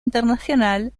internacional